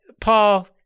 Paul